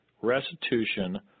restitution